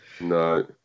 No